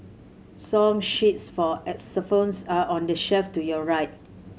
song sheets for xylophones are on the shelf to your right